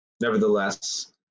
nevertheless